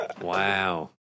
Wow